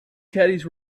caddies